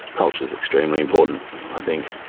culture is extremely important i think.